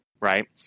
right